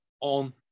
on